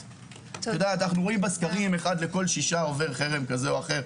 אנחנו רואים בסקרים שאחד מכל שישה עובר חרם כזה או אחר.